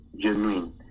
Genuine